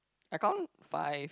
I count five